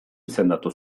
izendatu